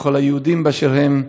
לכל היהודים באשר הם,